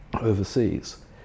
overseas